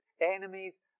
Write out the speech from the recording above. enemies